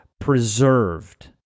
preserved